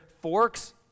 forks